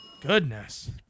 Goodness